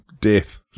death